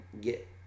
get